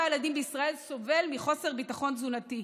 ילדים בישראל סובל מחוסר ביטחון תזונתי.